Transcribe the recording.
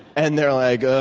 and they're like